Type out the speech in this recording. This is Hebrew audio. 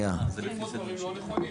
דברים לא נכונים.